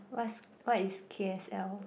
what's what is K_S_L